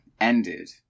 ended